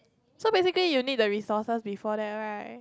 so basically you need the resources before that right